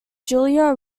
julia